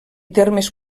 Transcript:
termes